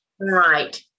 Right